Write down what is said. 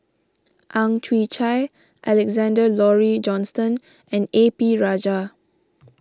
Ang Chwee Chai Alexander Laurie Johnston and A P Rajah